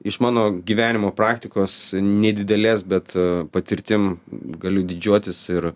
iš mano gyvenimo praktikos nedidelės bet patirtim galiu didžiuotis ir